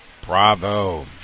Bravo